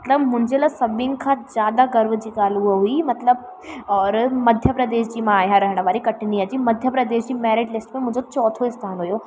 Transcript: मतिलबु मुंहिंजे लाइ सभिनि खां ज़्यादाह गर्व जी ॻाल्हि उहा हुई मतिलबु और मध्य प्रदेश जी मां रहणु वारी कटनीअ जी मध्य प्रदेश जी मैरीट लिस्ट में मुंहिंजो चोथो स्थान हुओ